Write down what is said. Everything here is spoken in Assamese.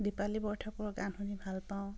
দীপালী বৰঠাকুৰৰ গান শুনি ভাল পাওঁ